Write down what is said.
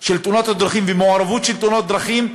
של תאונות הדרכים והמעורבות בתאונות דרכים,